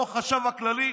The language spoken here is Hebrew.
לא את החשב הכללי.